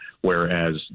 whereas